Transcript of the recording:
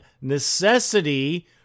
necessity